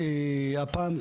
הפעם,